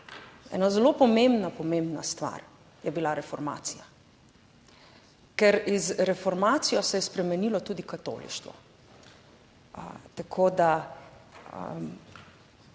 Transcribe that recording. (nadaljevanje) pomembna stvar je bila reformacija, ker z reformacijo se je spremenilo tudi katolištvo. Tako da